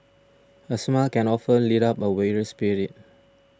a smile can often lift up a weary spirit